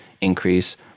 increase